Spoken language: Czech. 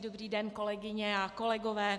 Dobrý den, kolegyně a kolegové.